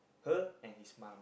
her and his mum